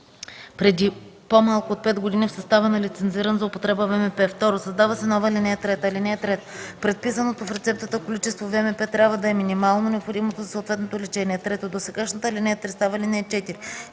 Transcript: преди по-малко от пет години в състава на лицензиран за употреба ВМП”. 2. Създава се нова ал. 3: „(3) Предписаното в рецептата количество ВМП трябва да е минимално необходимото за съответното лечение”. 3. Досегашната ал. 3 става ал. 4.